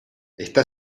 está